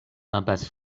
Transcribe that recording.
impasse